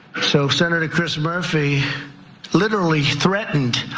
so senator chris murphy literally threatened